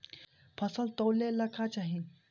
फसल तौले ला का चाही?